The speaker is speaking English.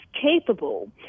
capable